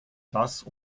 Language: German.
das